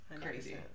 Crazy